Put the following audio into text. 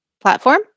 platform